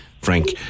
Frank